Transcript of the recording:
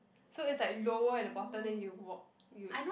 so is like lower at the bottom then you walk you